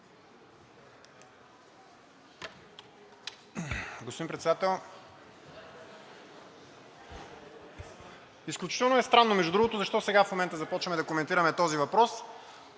Господин Председател, изключително е странно, между другото, защо сега в момента започваме да коментираме този въпрос.